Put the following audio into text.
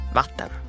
vatten